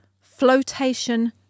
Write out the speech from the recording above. flotation